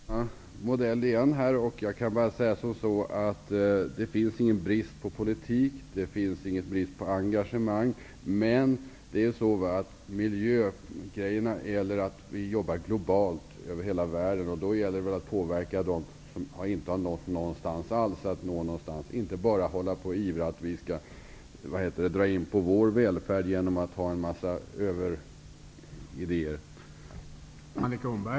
Herr talman! Annika Åhnberg använder samma modell igen. Jag kan bara säga att det inte finns någon brist på politik. Det finns inte någon brist på engagemang. Men det gäller att vi jobbar globalt över hela världen med miljögrejorna. Det gäller då att påverka dem som inte har nått någonstans alls att nå någonstans och inte bara hålla på att ivra för att vi skall dra in på vår välfärd genom att ha en massa överidéer.